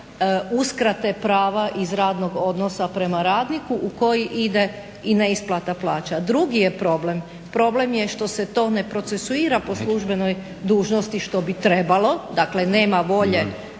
uskrate prava iz radnog odnosa prema radniku u koji ide i neisplata plaća. Drugi je problem što se to ne procesuira po službenoj dužnosti što bi trebalo, dakle nema volje